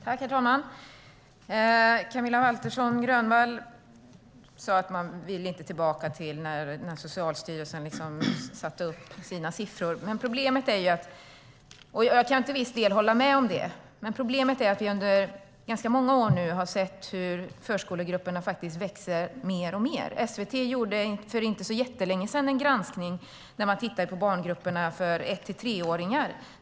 Herr talman! Camilla Waltersson Grönvall sade att man inte vill tillbaka till när Socialstyrelsen satte upp sina siffror. Jag kan till viss del hålla med om det. Problemet är att vi nu under ganska många år har sett hur förskolegrupperna växer alltmer. SVT gjorde för inte så jättelänge sedan en granskning där man tittade på barngrupperna för ett till treåringar.